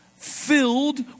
filled